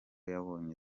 yabonye